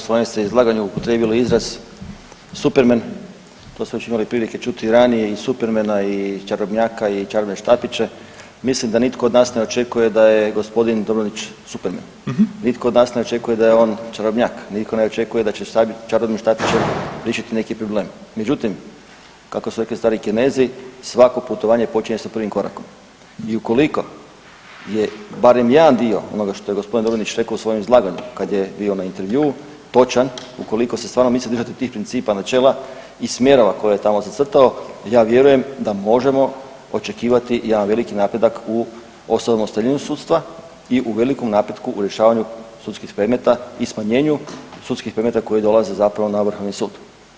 Poštovani zastupniče, u svojem ste izlaganju upotrijebili izraz „Superman“, to smo već imali prilike čuti i ranije i Supermana i čarobnjaka i čarobne štapiće, mislim da nitko od nas ne očekuje da je g. Dobronić Superman, nitko od nas ne očekuje da je čarobnjak, nitko ne očekuje da će čarobnim štapićem riješiti neki problem, međutim, kako su rekli stari Kinezi, svako putovanje počinje s prvim korakom i ukoliko je barem jedan dio onoga što je g. Dobronić rekao u svojem izlaganju kad je bio na intervjuu točan, ukoliko se stvarno misli držati i principa i načela i smjerova koje je tamo zacrtao, ja vjerujem da možemo očekivati jedan veliki napredak u osamostaljenju sudstva i u velikom napretku u rješavanju sudskih predmeta i smanjenju sudskih predmeta koji dolaze zapravo na Vrhovni sud.